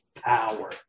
power